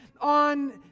on